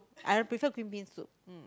I'll prefer green bean soup mm